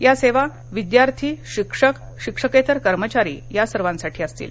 या सेवा विद्यार्थी शिक्षक शिक्षकेतर कर्मचारी अशा सर्वांसाठी असतील